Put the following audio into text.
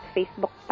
Facebook